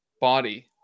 body